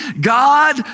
God